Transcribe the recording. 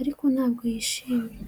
ariko ntabwo yishimye.